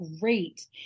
great